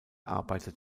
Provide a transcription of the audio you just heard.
arbeitet